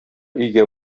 өйгә